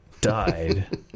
died